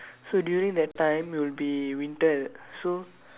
so during that time will be winter at so